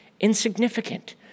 insignificant